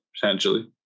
potentially